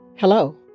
Hello